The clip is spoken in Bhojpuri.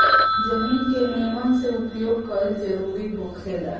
जमीन के निमन से उपयोग कईल जरूरी होखेला